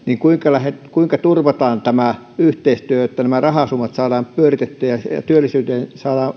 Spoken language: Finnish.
kuinka turvataan tämä yhteistyö että nämä rahasummat saadaan pyöritettyä ja työllisyyden